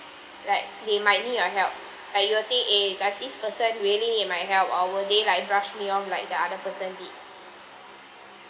like they might need your help like you will think eh does this person really need my help or were they like rush me off like the other person did